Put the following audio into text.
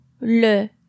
le